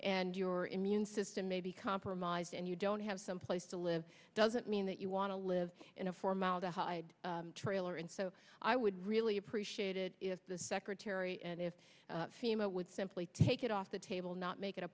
and your immune system may be compromised and you don't have someplace to live doesn't mean that you want to live in a formaldehyde trailer and so i would really appreciate it if the secretary and if fema would simply take it off the table not make it a